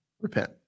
repent